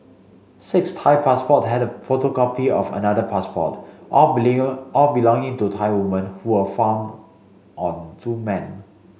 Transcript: Six Thai passport and a photocopy of another passport all believe all belonging to Thai women who were found on two men